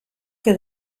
que